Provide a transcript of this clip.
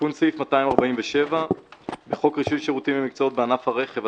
תיקון סעיף 247. בחוק רישוי שירותים ומקצועות בענף הרכב,